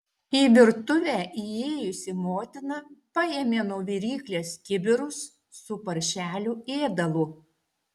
į virtuvę įėjusi motina paėmė nuo viryklės kibirus su paršelių ėdalu